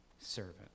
servant